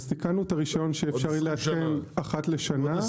אז תיקנו את הרישיון שאפשר יהיה לאשר אחת לשנה.